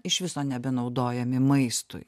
iš viso nebenaudojami maistui